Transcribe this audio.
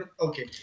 Okay